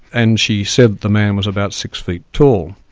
and she said the man was about six feet tall.